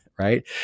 Right